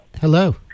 Hello